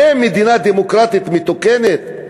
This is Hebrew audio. זאת מדינה דמוקרטית מתוקנת?